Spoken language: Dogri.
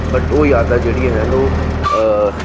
बट ओह् यादां जेह्ड़ियां हैन ओह्